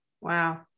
Wow